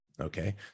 Okay